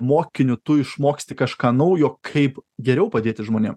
mokiniu tu išmoksti kažką naujo kaip geriau padėti žmonėm